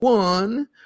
One